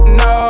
no